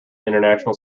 international